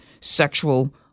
sexual